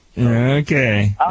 Okay